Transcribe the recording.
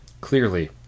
Clearly